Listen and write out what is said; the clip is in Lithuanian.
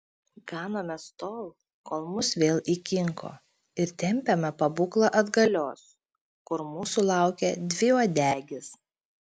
ganomės tol kol mus vėl įkinko ir tempiame pabūklą atgalios kur mūsų laukia dviuodegis